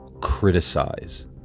criticize